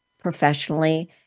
professionally